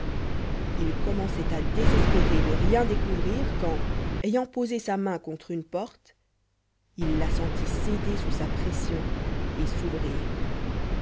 il commençait à désespérer de rien découvrir quand ayant posé sa main contre une porte il la sentit céder sous sa pression et s'ouvrir